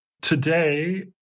Today